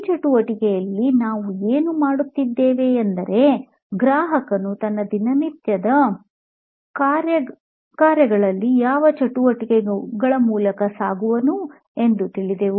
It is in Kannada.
ಈ ಚಟುವಟಿಕೆಗಳಲ್ಲಿ ನಾವು ಏನು ಮಾಡಿದ್ದೇವೆಂದರೆ ಗ್ರಾಹಕನು ತನ್ನ ದಿನನಿತ್ಯದ ಕಾರ್ಯಗಳಲ್ಲಿ ಯಾವ ಚಟುವಟಿಕೆಗಳ ಮೂಲಕ ಸಾಗುವನು ಎಂದು ತಿಳಿದೆವು